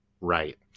Right